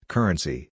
Currency